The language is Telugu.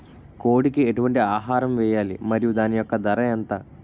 కోడి కి ఎటువంటి ఆహారం వేయాలి? మరియు దాని యెక్క ధర ఎంత?